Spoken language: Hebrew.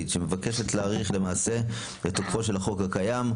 שמבקשת להאריך את תוקפו של החוק הקיים,